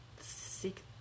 seek